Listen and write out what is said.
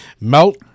Melt